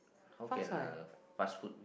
how can a fast food